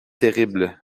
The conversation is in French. terribles